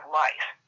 life